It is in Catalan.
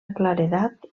claredat